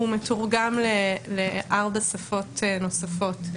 הוא מתורגם לארבע שפות נוספות לשפה העברית.